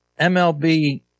MLB